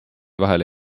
vahele